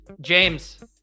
james